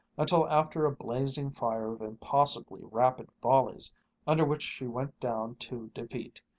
until after a blazing fire of impossibly rapid volleys under which she went down to defeat,